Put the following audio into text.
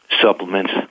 supplements